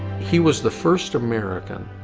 he was the first american